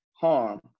harm